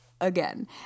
again